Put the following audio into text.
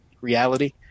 reality